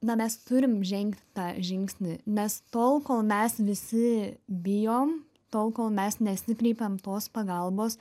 na mes turim žengti tą žingsnį nes tol kol mes visi bijom tol kol mes nesikreipiam tos pagalbos